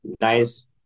nice